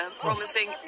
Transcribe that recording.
promising